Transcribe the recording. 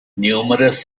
numerous